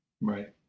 Right